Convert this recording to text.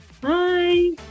Bye